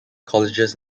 colleges